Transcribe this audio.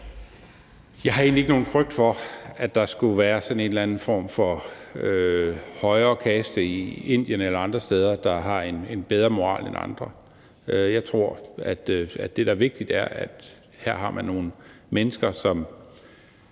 Jeg har egentlig ikke nogen frygt for, at der skulle være sådan en eller anden form for højere kaste i Indien eller andre steder, der har en bedre moral end andre. Jeg tror, at det, der er vigtigt, er, at her har man nogle mennesker, som